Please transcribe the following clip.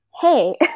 Hey